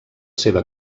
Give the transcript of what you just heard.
seva